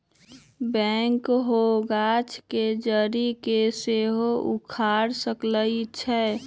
backhoe गाछ के जड़ी के सेहो उखाड़ सकइ छै